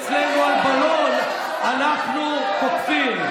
אצלנו, על בלון אנחנו תוקפים.